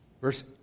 Verse